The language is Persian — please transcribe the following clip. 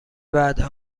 وعده